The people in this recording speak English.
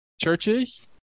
churches